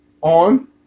on